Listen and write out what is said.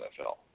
NFL